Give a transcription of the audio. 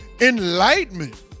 Enlightenment